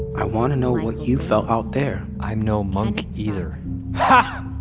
i want to know what you felt out there i'm no monk either ha!